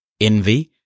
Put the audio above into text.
envy